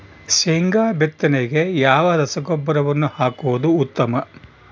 ಶೇಂಗಾ ಬಿತ್ತನೆಗೆ ಯಾವ ರಸಗೊಬ್ಬರವನ್ನು ಹಾಕುವುದು ಉತ್ತಮ?